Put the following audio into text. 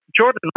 Jordan